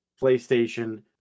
PlayStation